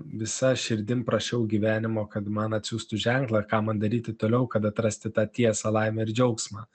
visa širdim prašiau gyvenimo kad man atsiūstų ženklą ką man daryti toliau kad atrasti tą tiesą laimę ir džiaugsmą